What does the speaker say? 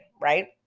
right